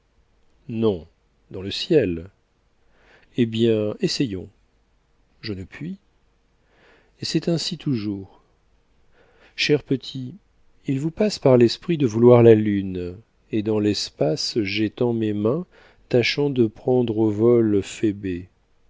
non dans le ciel eh bien essayons je ne puis et c'est ainsi toujours chers petits il vous passe par l'esprit de vouloir la lune et dans l'espace j'étends mes mains tâchant de prendre au vol